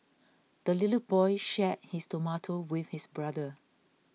the little boy shared his tomato with his brother